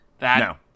no